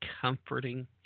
comforting